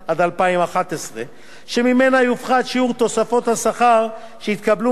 שממנה יופחת שיעור תוספות השכר שהתקבלו מכוח ההצמדה לפעילים,